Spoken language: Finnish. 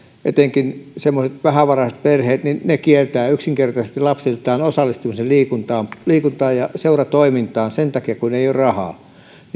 etenkin semmoiset vähävaraiset perheet kieltävät yksinkertaisesti lapsiltaan osallistumisen liikuntaan ja seuratoimintaan sen takia kun ei ole rahaa